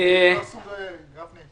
על הדיון המאוד החשוב.